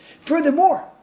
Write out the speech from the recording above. Furthermore